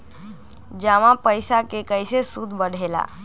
जमा पईसा के कइसे सूद बढे ला?